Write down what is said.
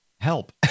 help